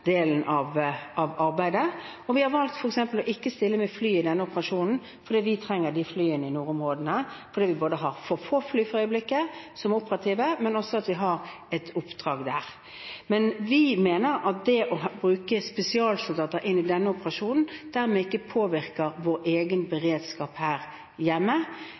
delen av arbeidet. Vi har valgt f.eks. å ikke stille med fly i denne operasjonen, fordi vi trenger de flyene i nordområdene, både fordi vi har for få fly for øyeblikket som er operative, og fordi vi har et oppdrag der. Men vi mener at det å bruke spesialsoldater i denne operasjonen dermed ikke påvirker vår egen beredskap her hjemme.